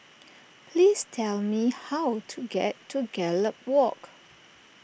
please tell me how to get to Gallop Walk